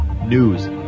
News